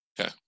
Okay